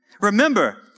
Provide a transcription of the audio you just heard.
Remember